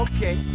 Okay